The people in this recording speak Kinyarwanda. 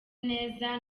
neza